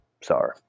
Sorry